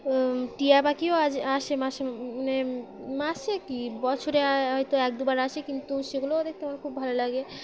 টিয়া পাকিও আজ আসে মাসে মানে মাসে কি বছরে হয়তো এক দুবার আসে কিন্তু সেগুলোও দেখতে আমার খুব ভালো লাগে